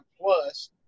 Plus